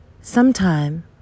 Sometime